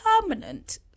permanent